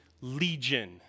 Legion